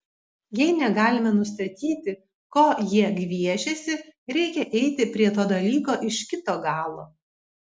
jei negalime nustatyti ko jie gviešiasi reikia eiti prie to dalyko iš kito galo